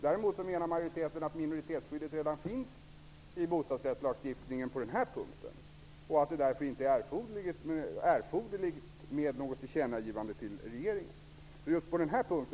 Däremot menar majoriteten att minoritetsskyddet redan finns på den här punkten i bostadsrättslagstiftningen, och att det därför inte är erforderligt med något tillkännagivande till regeringen.